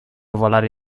volare